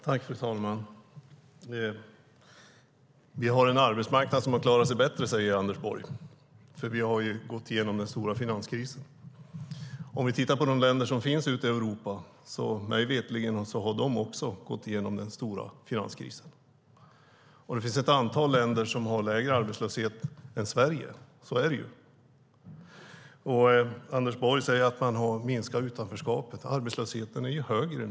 Fru talman! Vi har en arbetsmarknad som klarat sig bättre, säger Anders Borg, för vi har gått igenom en stor finanskris. Mig veterligen har också länderna ute i Europa gått igenom en stor finanskris. Det finns ett antal länder som har lägre arbetslöshet än Sverige. Anders Borg säger att man har minskat utanförskapet, men arbetslösheten är nu högre.